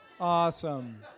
Awesome